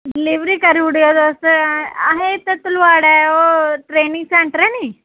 delivery करी ओड़ेओ तुस असें इत्थै तलवाड़ै ओह् ट्रेनिंग सेंटर ऐ निं